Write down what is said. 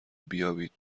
بیابید